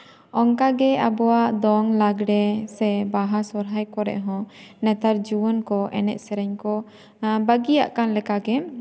ᱚᱱᱠᱟᱜᱮ ᱟᱵᱚᱣᱟᱜ ᱫᱚᱝ ᱞᱟᱜᱽᱲᱮ ᱥᱮ ᱵᱟᱦᱟ ᱥᱚᱦᱨᱟᱭ ᱠᱚᱨᱮᱜ ᱦᱚᱸ ᱱᱮᱛᱟᱨ ᱡᱩᱣᱟᱹᱱ ᱠᱚ ᱮᱱᱮᱡ ᱥᱮᱨᱮᱧ ᱠᱚ ᱵᱟᱹᱜᱤᱭᱟᱜ ᱠᱟᱱ ᱞᱮᱠᱟᱜᱮ